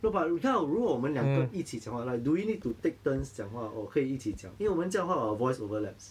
no but we kind of 如果我们两个一起讲话 like do we need to take turns 讲话 or 可以一起讲因为我们这样的话 our voice overlaps